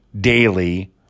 daily